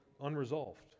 unresolved